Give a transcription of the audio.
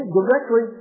directly